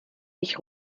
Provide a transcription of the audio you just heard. ich